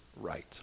right